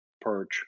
perch